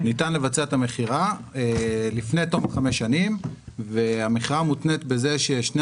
ניתן לבצע את המכירה לפני תום חמש השנים והמכירה מותנית בזה ששני